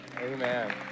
amen